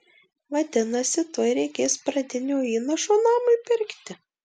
vadinasi tuoj reikės pradinio įnašo namui pirkti